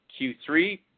q3